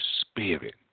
spirit